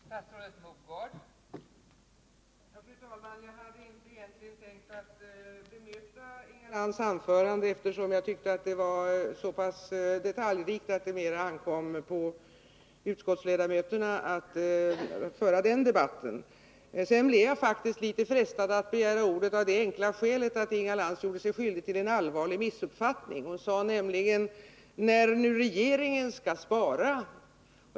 Fru talman! Jag hade egentligen inte tänkt bemöta Inga Lantz anförande, eftersom jag tyckte det var så pass detaljrikt att det mera ankom på utskottsledamöterna att föra debatten med henne. Sedan blev jag ändå frestad att begära ordet, av det enkla skälet att Inga Lantz gjorde sig skyldig till en allvarlig missuppfattning, nämligen när hon använde formuleringen ”när nu regeringen skall spara”.